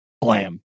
blam